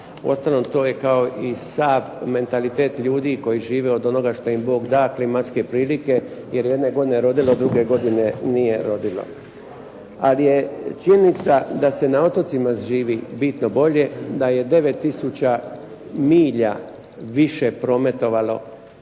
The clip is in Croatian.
Uostalom, to je kao i sav mentalitet ljudi koji žive od onoga što im Bog da, klimatske prilike jer jedne godine rodilo, druge godine nije rodilo. Ali je činjenica da se na otocima živi bitno bolje, da je 9 tisuća milja više prometovalo